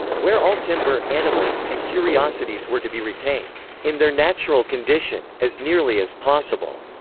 where all timber, animals, and curiosities were to be retained in their natural condition, as nearly as possible.